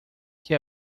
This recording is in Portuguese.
que